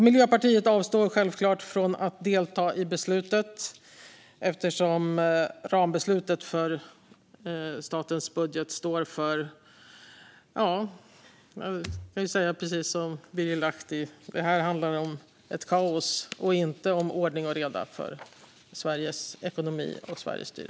Miljöpartiet avstår självklart från att delta i beslutet, eftersom rambeslutet för statens budget står för det som Birger Lahti uttryckte tidigare: Det här handlar om ett kaos och inte om ordning och reda för Sveriges ekonomi och Sveriges styre.